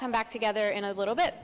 come back together in a little bit